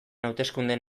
hauteskundeen